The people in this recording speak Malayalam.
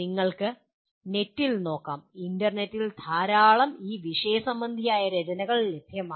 നിങ്ങൾക്ക് നെറ്റിൽ നോക്കാം ഇൻറർനെറ്റിൽ ഈ വിഷയ സംബന്ധിയായ ധാരാളം രചനകൾ ലഭ്യമാണ്